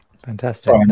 Fantastic